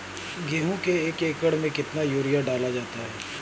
गेहूँ के एक एकड़ में कितना यूरिया डाला जाता है?